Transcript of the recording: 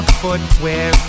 footwear